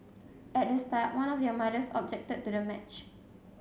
at the start one of their mothers objected to the match